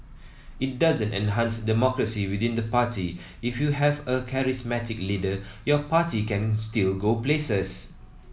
it doesn't enhance democracy within the party if you have a charismatic leader your party can still go places